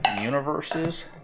universes